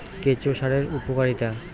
কেঁচো সারের উপকারিতা?